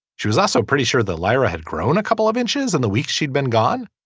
she was also pretty sure the lira had grown a couple of inches in the weeks she'd been gone